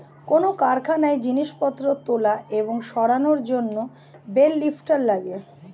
কোন কারখানায় জিনিসপত্র তোলা এবং সরানোর জন্যে বেল লিফ্টার লাগে